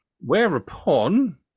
whereupon